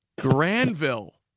Granville